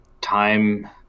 Time